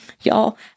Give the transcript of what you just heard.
Y'all